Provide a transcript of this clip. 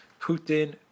Putin